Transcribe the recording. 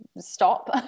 stop